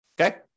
okay